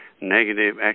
negative